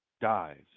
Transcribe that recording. dies